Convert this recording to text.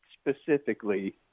specifically